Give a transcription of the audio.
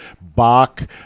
Bach